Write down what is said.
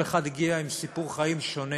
כל אחד הגיע עם סיפור חיים שונה.